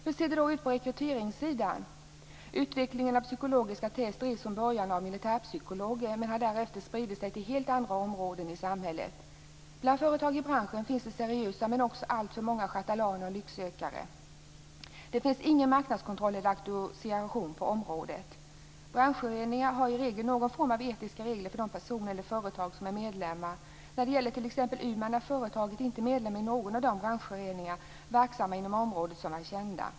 Hur ser det då ut på rekryteringssidan? Utvecklingen av psykologiska test drevs från början av militärpsykologer men har därefter spridit sig till helt anda områden i samhället. Bland företag i branschen finns det seriösa men också alltför många charlataner och lycksökare. Det finns ingen marknadskontroll eller auktorisation på området. Branschföreningar har i regel någon form av etiska regler för de personer eller företag som är medlemmar. När det t.ex. gäller U-Man är företaget inte medlem i någon av de branschföreningar verksamma inom området som är kända.